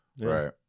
Right